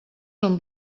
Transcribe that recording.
són